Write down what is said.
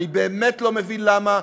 אני באמת לא מבין למה,